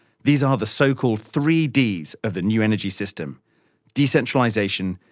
these are the so-called three ds of the new energy system decentralisation,